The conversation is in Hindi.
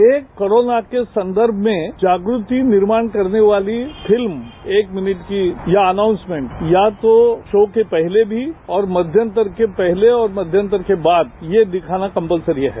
एक कोरोना के संदर्भ में जागृति निर्माण करने वाली फिल्म एक मिनट की या आनाउंसमेंट या तो शो के पहले भी और मध्यांतर के पहले और मध्यांनतर के बाद ये दिखाना कम्पलसरी है